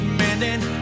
mending